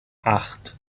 acht